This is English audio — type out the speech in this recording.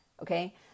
okay